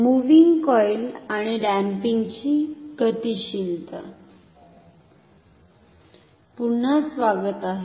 moving coil आणि डॅम्पिंगची गतिशीलता सुरू पुन्हा स्वागत आहे